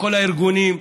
לכל הארגונים,